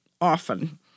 often